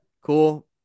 Cool